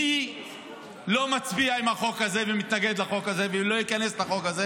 מי לא מצביע עם החוק הזה ומתנגד לחוק הזה ולא ייכנס לחוק הזה?